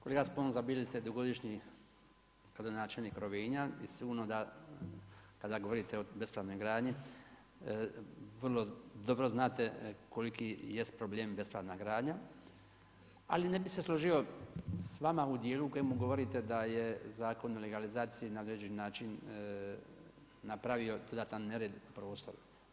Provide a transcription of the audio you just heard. Kolega Sponza bili ste dugogodišnji gradonačelnik Rovinja i sigurno da kada govorite o bespravnoj gradnji, vrlo dobro znate koliko jest problem bespravna gradnja ali ne bi se složio s vama u dijelu kojem govorite da je Zakon o legalizaciji na određeni način napravio dodatan nered prostoru.